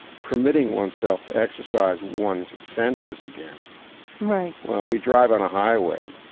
permitting one's self to exercise one's senses again right well, we drive on a highway.